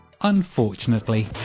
unfortunately